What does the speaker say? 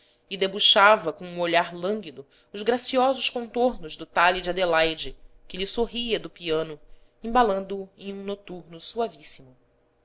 e debuxava com um olhar lânguido os graciosos contornos do talhe de adelaide que lhe sorria do piano embalando o em um noturno